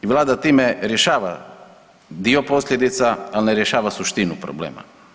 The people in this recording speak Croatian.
I vlada time rješava dio posljedica, al ne rješava suštinu problema.